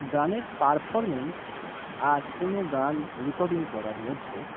গানের পারফর্ম্যান্স আর কোনও গান রেকর্ডিং করার মধ্যে